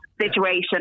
situation